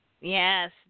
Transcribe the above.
Yes